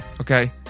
okay